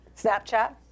Snapchat